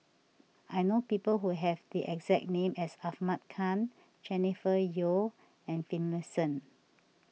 I know people who have the exact name as Ahmad Khan Jennifer Yeo and Finlayson